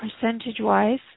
percentage-wise